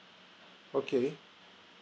okay